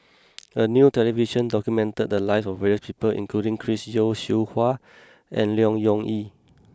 a new television documented the lives of various people including Chris Yeo Siew Hua and Leong Yee Soo